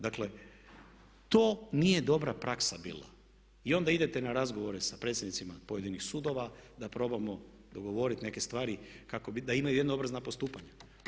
Dakle to nije dobra praksa bila i onda idete na razgovore sa predsjednicima pojedinih sudova da probamo dogovoriti neke stvari da imaju jednoobrazna postupanja.